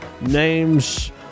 names